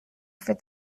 for